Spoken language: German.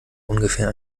ungefähr